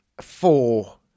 four